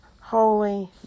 holy